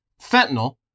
fentanyl